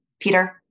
Peter